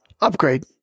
upgrade